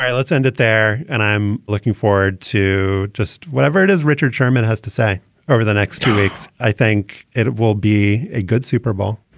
let's end it there. and i'm looking forward to just whatever it is richard sherman has to say over the next two weeks i think it it will be a good super bowl